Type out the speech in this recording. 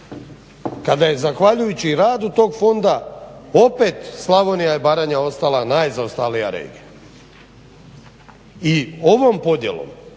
kada je zahvaljujući radu tog fonda opet Slavonija i Baranja ostala najzaostalija regija. I ovom podjelom